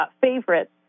favorites